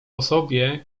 osobie